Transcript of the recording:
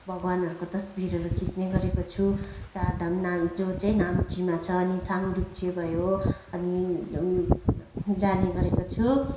भगवान्हरूको तस्बिरहरू खिच्ने गरेको छु चारधाम नाम जो चाहिँ नाम्चीमा छ अनि साङड्रुप्चे भयो अनि जाने गरेको छु